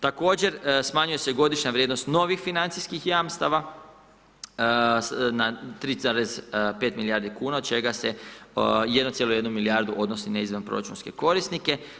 Također smanjuje se godišnja vrijednost novih financijskih jamstava na 3,5 milijardi kuna, od čega se 1,1 milijardu odnosi na izvanproračunske korisnike.